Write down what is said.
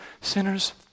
sinners